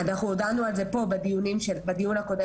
אנחנו העברנו את זה בהודעה לדוברות.